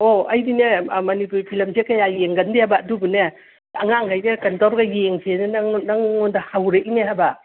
ꯑꯣ ꯑꯩꯗꯤꯅꯦ ꯃꯅꯤꯄꯨꯔꯤ ꯐꯤꯂꯝꯁꯦ ꯀꯌꯥ ꯌꯦꯡꯒꯟꯗꯦꯕ ꯑꯗꯨꯕꯨꯅꯦ ꯑꯉꯥꯡꯒꯩꯅ ꯀꯩꯅꯣ ꯇꯧꯔꯒ ꯌꯦꯡꯁꯦꯅ ꯅꯪꯉꯣꯟꯗ ꯍꯧꯔꯛꯏꯅꯦ ꯍꯥꯏꯕ